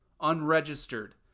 unregistered